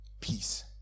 peace